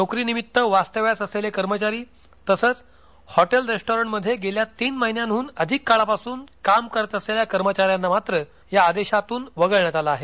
नोकरीनिमित्त वास्तव्यास असलेले कर्मचारी तसंच हॉटेल रेस्टॅरंटमध्ये गेल्या तीन महिन्यांहन अधिक काळापासून काम करत असलेल्या कर्मचाऱ्यांना मात्र या आदेशातून वगळण्यात आलं आहे